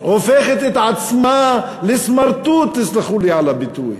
הופכת את עצמה לסמרטוט, תסלחו לי על הביטוי.